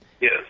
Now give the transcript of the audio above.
Yes